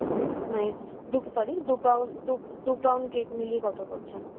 হুম মানে দুটো সরি দু পাউন্ড দু দু পাউন্ড কেক মিলিয়ে কতো বলছেন